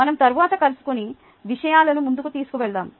మనం తరువాత కలుసుకుని విషయాలను ముందుకు తీసుకువెళదాము